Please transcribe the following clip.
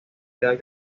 edad